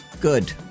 Good